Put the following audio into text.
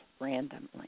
randomly